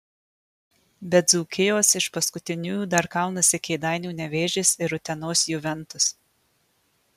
be dzūkijos iš paskutiniųjų dar kaunasi kėdainių nevėžis ir utenos juventus